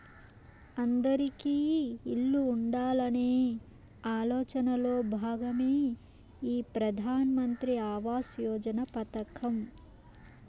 అందిరికీ ఇల్లు ఉండాలనే ఆలోచనలో భాగమే ఈ ప్రధాన్ మంత్రి ఆవాస్ యోజన పథకం